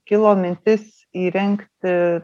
kilo mintis įrengti